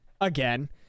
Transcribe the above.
Again